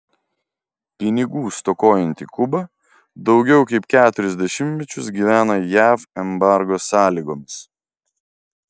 pinigų stokojanti kuba daugiau kaip keturis dešimtmečius gyvena jav embargo sąlygomis